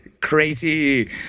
crazy